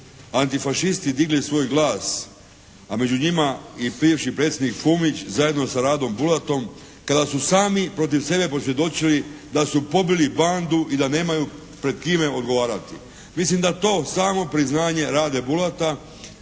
antifašisti digli svoj glas, a među njima i bivši predsjednik Fumić zajedno sa Radom Bulatom kada su sami protiv sebe posvjedočili da su pobili bandu i da nemaju pred kime odgovarati. Mislim da to samo priznanje Rade Bulata